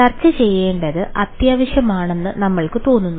ചർച്ച ചെയ്യേണ്ടത് അത്യാവശ്യമാണെന്ന് നമ്മൾക്ക് തോന്നുന്നു